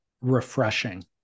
refreshing